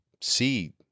see